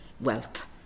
wealth